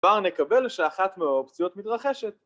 ‫כבר נקבל שאחת מהאופציות מתרחשת.